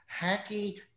hacky